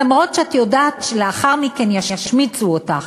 למרות שאת יודעת שלאחר מכן ישמיצו אותך.